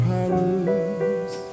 Paris